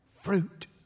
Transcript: fruit